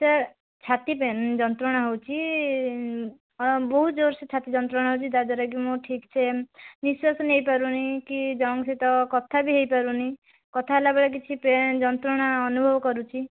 sir ଛାତି pain ଯନ୍ତ୍ରଣା ହେଉଛି ହଁ ବହୁତ ଜୋର୍ସେ ଛାତି ଯନ୍ତ୍ରଣା ହେଉଛି ଯାହା ଦ୍ୱାରାକି ମୁଁ ଠିକ୍ସେ ନିଶ୍ୱାସ ନେଇପାରୁନି କି ଜଣଙ୍କ ସହିତ କଥା ବି ହୋଇପାରୁନି କଥା ହେଲାବେଳେ କିଛି ଯନ୍ତ୍ରଣା ଅନୁଭବ କରୁଛି